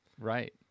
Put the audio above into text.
right